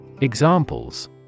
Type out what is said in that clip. Examples